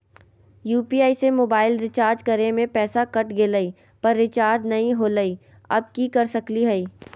UPI से mobile recharge करे में पैसा कट गेलई, पर रिचार्ज नई होलई, अब की कर सकली हई?